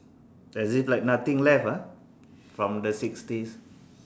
as if like nothing left ah from the sixties